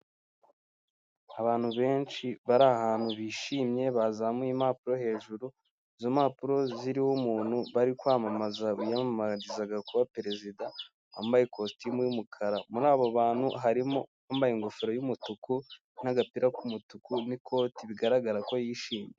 Abantu benshi bari ahantu bishimye bazamuye impapuro hejuru izo mpapuro ziriho umuntu bari kwamamaza biyamamarizaga kuba perezida wambaye ikositimu y'umukara muri abo bantu harimo bambaye ingofero y'umutuku n'agapira k'umutuku n'ikoti bigaragara ko yishimye.